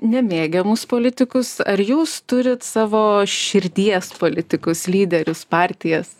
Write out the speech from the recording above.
nemėgiamus politikus ar jūs turit savo širdies politikus lyderius partijas